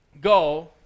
go